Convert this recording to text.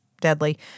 deadly